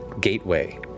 gateway